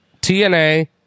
TNA